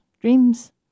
dreams